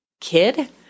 kid